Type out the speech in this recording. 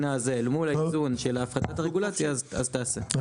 מול האיזון של הפחתת הרגולציה אז תעשה.